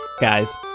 guys